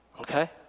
Okay